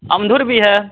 अंगूर भी है